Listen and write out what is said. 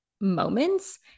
moments